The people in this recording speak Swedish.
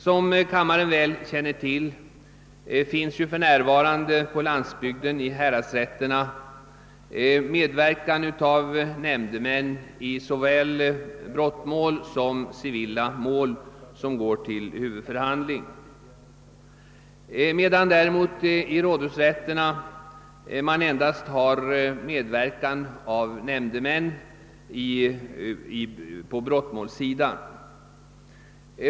"Som kammarens ledamöter väl känner till finns det för närvarande i häradsrätterna på landsbygden nämndemän som medverkar i såväl brottmål som civila mål, som går till huvudförhandling, medan man i rådhusrätterna endast har medverkan av lekmän på brottmålssidan.